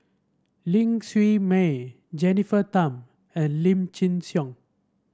Ling Siew May Jennifer Tham and Lim Chin Siong